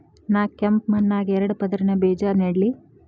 ನಾ ಕೆಂಪ್ ಮಣ್ಣಾಗ ಎರಡು ಪದರಿನ ಬೇಜಾ ನೆಡ್ಲಿ?